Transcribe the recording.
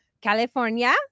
California